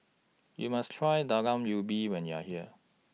YOU must Try Talam Ubi when YOU Are here